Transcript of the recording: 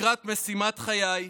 לקראת משימת חיי,